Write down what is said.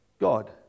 God